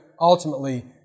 ultimately